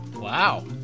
Wow